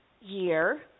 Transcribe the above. year